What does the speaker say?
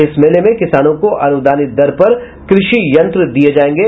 इस मेले में किसानों को अनुदानित दर पर कृषि यंत्र दिये जायेंगे